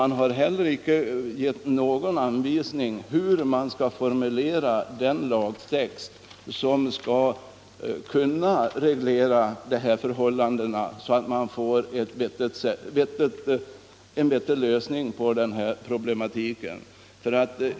Ni har heller inte givit någon anvisning om hur den lagtext skall formuleras som skall kunna reglera dessa förhållanden, så att man får en vettig lösning på den här problematiken.